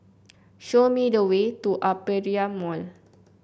show me the way to Aperia Mall